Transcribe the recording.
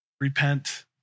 Repent